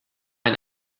ein